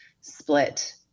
split